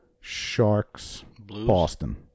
Sharks-Boston